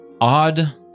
odd